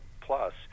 Plus